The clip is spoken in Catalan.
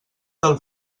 del